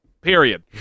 Period